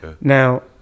Now